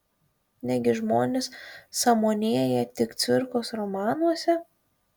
negi žmonės sąmonėja tik cvirkos romanuose